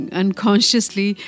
unconsciously